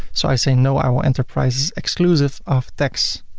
so i say, no, i will enter prices exclusive of tax.